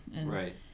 right